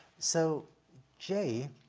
so j,